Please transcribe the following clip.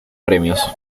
premios